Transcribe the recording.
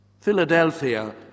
Philadelphia